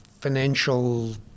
financial